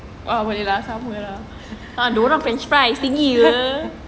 oh boleh lah sama lah dia orang french fries tinggi ya